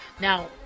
Now